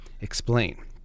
explain